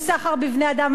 סחר בבני-אדם.